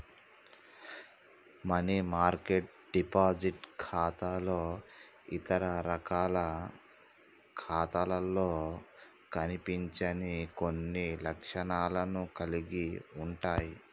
money market deposit ఖాతాలు ఇతర రకాల ఖాతాలలో కనిపించని కొన్ని లక్షణాలను కలిగి ఉంటయ్